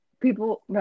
people